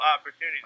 opportunities